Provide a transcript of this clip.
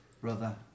brother